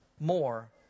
More